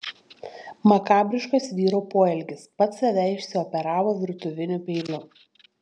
makabriškas vyro poelgis pats save išsioperavo virtuviniu peiliu